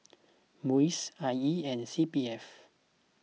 Muis I E and C P F